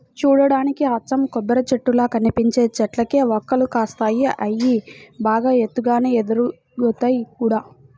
చూడ్డానికి అచ్చం కొబ్బరిచెట్టుల్లా కనిపించే చెట్లకే వక్కలు కాస్తాయి, అయ్యి బాగా ఎత్తుగానే ఎదుగుతయ్ గూడా